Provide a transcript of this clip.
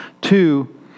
Two